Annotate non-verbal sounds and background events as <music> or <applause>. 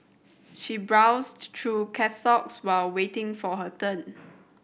she browsed through <unintelligible> while waiting for her turn